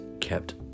kept